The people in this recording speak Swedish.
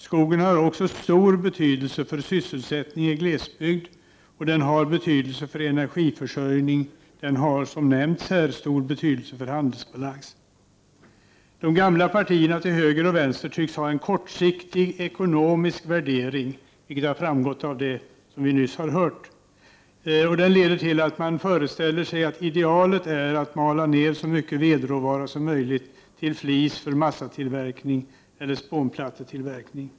Skogen har också stor betydelse för sysselsättning i glesbygd, för energiförsörjning och, som nämnts här, för handelsbalansen. De gamla partierna till höger och vänster tycks göra en kortsiktig ekonomisk värdering, vilket framgått av det vi nyss har hört, och den leder till att man föreställer sig att idealet är att mala ned så mycket vedråvara som möjligt till flis för massatillverkning eller spånplattetillverkning.